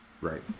right